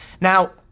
Now